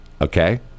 Okay